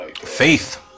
Faith